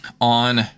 on